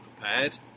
prepared